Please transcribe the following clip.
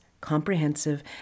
comprehensive